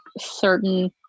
certain